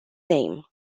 name